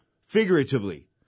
figuratively